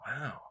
Wow